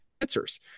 answers